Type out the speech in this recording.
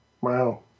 Wow